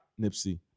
Nipsey